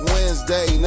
Wednesday